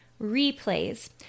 replays